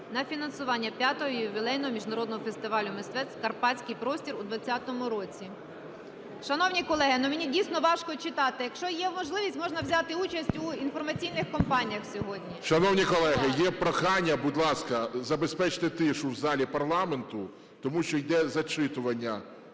на фінансування V ювілейного Міжнародного фестивалю мистецтв "Карпатський простір" у 2020 році. Шановні колеги, ну мені дійсно важко читати. Якщо є важливість, можна взяти участь у інформаційних компаніях сьогодні. СТЕФАНЧУК Р.О. Шановні колеги, є прохання, будь ласка, забезпечте тишу в залі парламенту, тому що іде зачитування